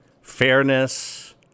fairness